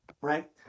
right